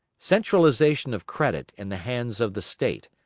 centralisation of credit in the hands of the state,